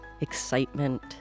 excitement